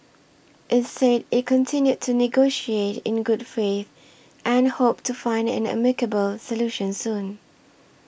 it said it continued to negotiate in good faith and hoped to find an amicable solution soon